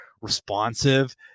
responsive